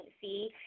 see